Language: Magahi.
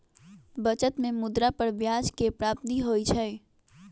बचत में मुद्रा पर ब्याज के प्राप्ति होइ छइ